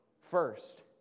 First